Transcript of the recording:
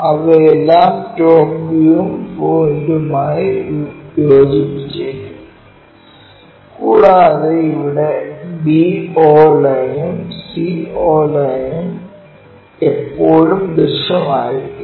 അവയെല്ലാം ടോപ് വ്യൂവും പോയിന്റും ആയി യോജിപ്പിച്ചിക്കും കൂടാതെ ഇവിടെ b o ലൈനും c o ലൈനും എപ്പോഴും ദൃശ്യം ആയിരിക്കും